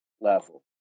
level